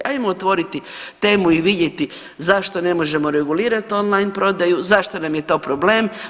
Hajmo otvoriti temu i vidjeti zašto ne možemo regulirati on-line prodaju, zašto nam je to problem.